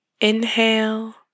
Inhale